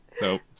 Nope